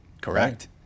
Correct